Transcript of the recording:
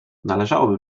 należałoby